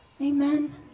Amen